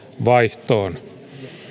vaihtoon